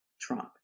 Trump